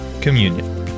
communion